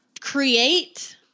create –